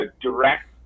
direct